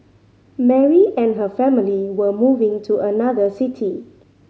Mary and her family were moving to another city